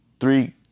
Three